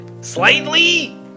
slightly